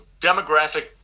demographic